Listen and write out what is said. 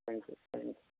thank you thanks